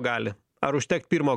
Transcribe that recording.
gali ar užtekt pirmo